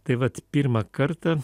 tai vat pirmą kartą